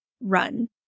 run